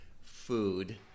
food